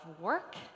work